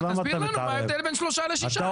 אז תסביר לנו מה ההבדל בין שלושה לשישה?